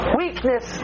weakness